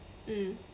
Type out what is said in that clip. mm